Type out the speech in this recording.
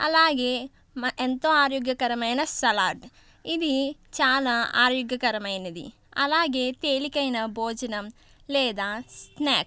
అలాగే మ ఎంతో ఆరోగ్యకరమైన సలాడ్ ఇది చాలా ఆరోగ్యకరమైనది అలాగే తేలికైన భోజనం లేదా స్నాక్